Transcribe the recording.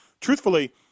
truthfully